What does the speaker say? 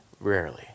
rarely